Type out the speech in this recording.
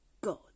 god